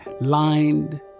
lined